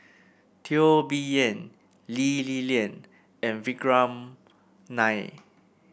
Teo Bee Yen Lee Li Lian and Vikram Nair